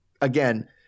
again